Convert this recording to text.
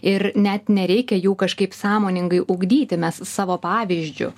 ir net nereikia jų kažkaip sąmoningai ugdyti mes savo pavyzdžiu